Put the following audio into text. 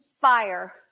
fire